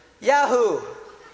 yahoo